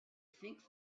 think